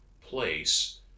place